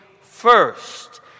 first